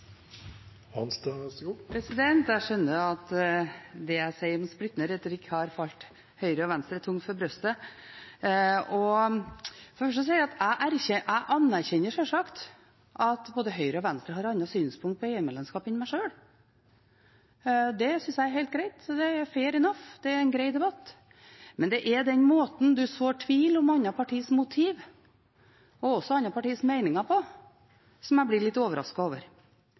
jeg si at jeg sjølsagt anerkjenner at både Høyre og Venstre har andre synspunkt på EU-medlemskap enn meg sjøl. Det synes jeg er helt greit, det er fair enough, det er en grei debatt. Det er den måten man sår tvil om andre partiers motiv på, og også andre partiers meninger, som jeg blir litt overrasket over.